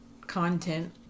content